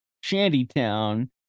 Shantytown